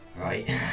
Right